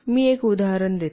मी एक उदाहरण देते